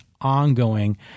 ongoing